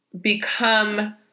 become